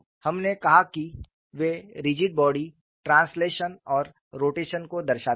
हमने कहा कि वे रिजिड बॉडी ट्रांसलेशन और रोटेशन को दर्शाते है